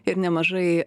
ir nemažai